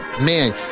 man